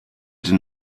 den